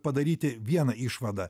padaryti vieną išvadą